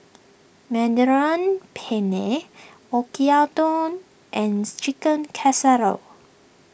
Mediterranean Penne Oyakodon and Chicken Casserole